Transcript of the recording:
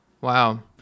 Wow